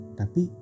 tapi